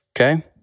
Okay